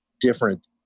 different